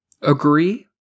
agree